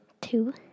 Two